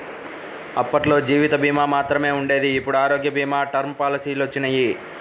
అప్పట్లో జీవిత భీమా మాత్రమే ఉండేది ఇప్పుడు ఆరోగ్య భీమా, టర్మ్ పాలసీలొచ్చినియ్యి